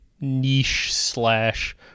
niche-slash-